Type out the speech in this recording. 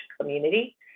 community